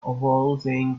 opposing